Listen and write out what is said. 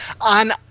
on